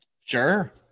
Sure